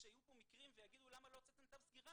כשיהיו פה מקרים ויגידו למה לא הוצאתם צו סגירה